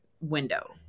window